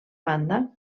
banda